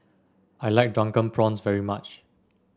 I like Drunken Prawns very much